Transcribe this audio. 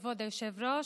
כבוד היושב-ראש,